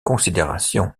considération